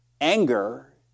Anger